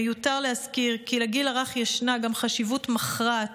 מיותר להזכיר כי לגיל הרך ישנה גם חשיבות מכרעת